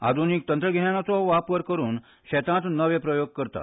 आधूनिक तंत्रज्ञानाचो वापर करून शेतांत नवे प्रयोग करतात